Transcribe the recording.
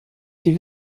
die